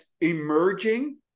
emerging